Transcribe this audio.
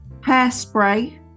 Hairspray